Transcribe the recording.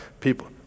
People